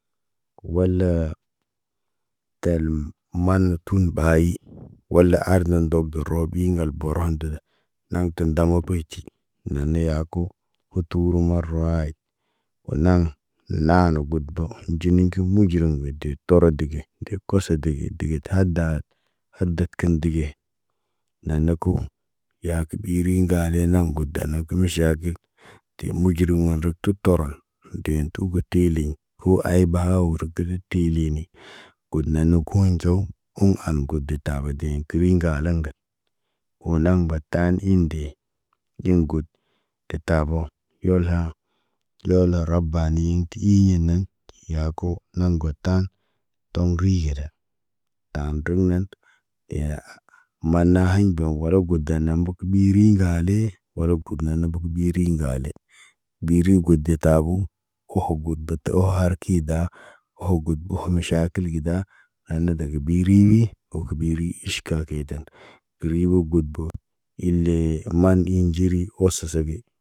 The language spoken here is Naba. Walaa, talmana tun ɓay, wala ardan ndob bar robi ŋgal burhan dəla. Ɗaŋg tə ndamo poyiti, naane yaako, uturu marawaayit. Wo naŋg, laan bud bo, nɟini gi muɟiriŋg weded toro de ge, deb koso dege, dege hadaa, hadad kiɲ ndege. Naana kuh, yaakə mbiri ŋgale, naŋg goda dan na kə musa yaaki tii muɟurum woŋg rək tu, tu toron, deen tugutilin. Hu ay baa wo rəkədət tiilini, kod na nə koonɟo, huŋg han got de taba deen kəri ŋgaa laŋgal. Wo naŋg batan iin de, yin got, te tabo yolha. Yolo rab banii ti iiyi nen, yaako, naŋg batan, toŋg riijida. Taan rəm nen, eya, maana haɲ biɲ wala got dana buk biirii ŋgale wala kudna buk birin ŋgale. Biri got de tabo, oho got bat oho harki daa, oho got boho miʃaakil gida. Naana dege birini, woko ɓiri, iʃ ka keytan, riwo got bo. Ilee, maan inɟiri, wo soso ge.